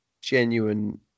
genuine